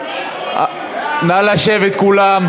נא לשבת כולם.